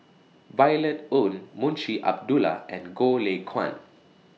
Violet Oon Munshi Abdullah and Goh Lay Kuan